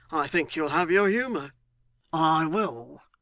i think you'll have your humour i will,